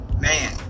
Man